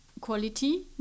quality